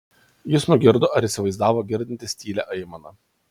jis nugirdo ar įsivaizdavo girdintis tylią aimaną